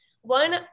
one